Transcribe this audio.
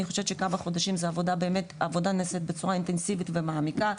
אני חושבת שבכמה חודשים העבודה נעשית בצורה אינטנסיבית ומעמיקה.